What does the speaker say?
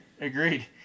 Agreed